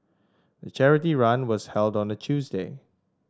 the charity run was held on a Tuesday